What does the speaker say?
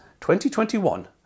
2021